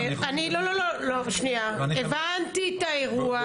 את האירוע.